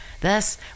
Thus